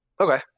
Okay